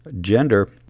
gender